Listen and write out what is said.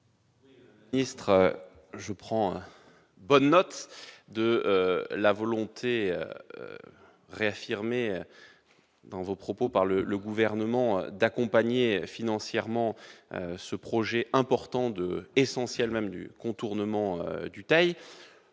je prends bonne note de la volonté réaffirmée par le Gouvernement d'accompagner financièrement ce projet important- essentiel même -du contournement du Teil.